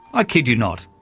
i kid you not.